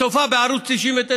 צופה בערוץ 99,